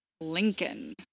lincoln